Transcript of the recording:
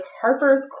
Harper's